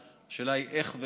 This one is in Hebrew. רק השאלה היא איך,